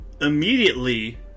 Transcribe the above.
immediately